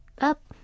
up